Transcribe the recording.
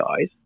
guys